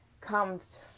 comes